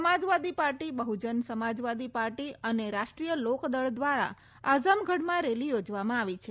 સમાજવાદી party Bahujan Samajwadi party અને રાષ્ટ્રીય લોકદળ દ્વારા આઝમગઢમાં રેલી યોજવામાં આવી છે